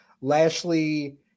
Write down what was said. Lashley